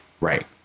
Right